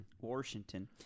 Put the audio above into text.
Washington